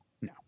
no